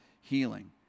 healing